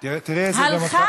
תראי איזו דמוקרטיה,